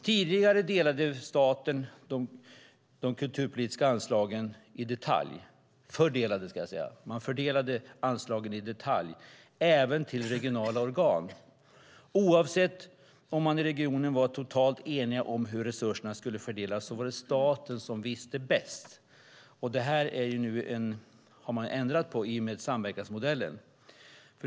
Tidigare fördelade staten de kulturpolitiska anslagen i detalj, även till regionala organ. Oavsett om man i regionen var totalt enig om hur resurserna skulle fördelas var det staten som visste bäst. Detta har man ändrat på i och med samverkansmodellen.